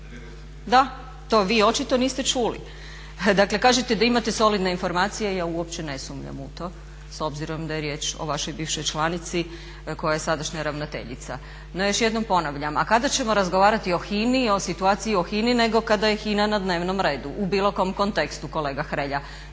Da, to vi očito niste čuli. Dakle, kažete da imate solidne informacije, ja uopće ne sumnjam u to s obzirom da je riječ o vašoj bivšoj članici koja je sadašnja ravnateljica. No, još jednom ponavljam, a kada ćemo razgovarati o HINA-i o situaciji o HINA-i nego kada je HINA na dnevnom redu u bilo kojem kontekstu kolega Hrelja.